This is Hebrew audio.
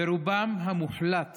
ורובם המוחלט